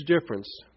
difference